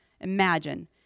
Imagine